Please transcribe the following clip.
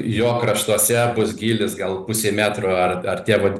jo kraštuose bus gylis gal pusė metro ar ar tie vat